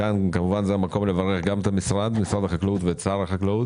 כאן זה המקום לברך גם את משרד החקלאות ושר החקלאות